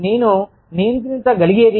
నేను నియంత్రించగలిగేది